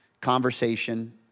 conversation